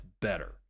better